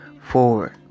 forward